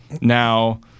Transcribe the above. now